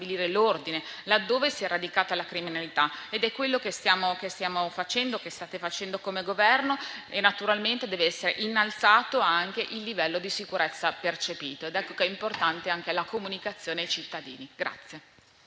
l'ordine laddove si è radicata la criminalità, ed è quello che stiamo facendo e che state facendo come Governo. Naturalmente deve essere innalzato anche il livello di sicurezza percepito e, quindi, è importante anche la comunicazione ai cittadini.